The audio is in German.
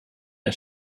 der